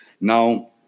Now